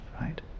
Right